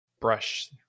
brush